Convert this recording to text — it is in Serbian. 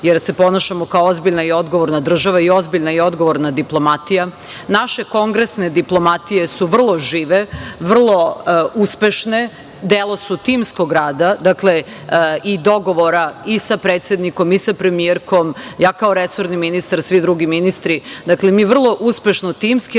jer se ponašamo kao ozbiljna i odgovorna država, ozbiljna i odgovorna diplomatija, naše kongresne diplomatije su vrlo žive, vrlo uspešne, delo su timskog rada i dogovora i sa predsednikom i sa premijerkom, ja kao resorni ministar, svi drugi ministri, dakle, mi vrlo uspešno, timski radimo,